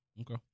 Okay